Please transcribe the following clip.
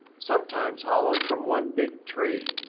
sometimes hollowed from one big tree,